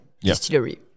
distillery